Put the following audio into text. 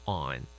on